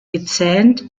gezähnt